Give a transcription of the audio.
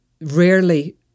rarely